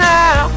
now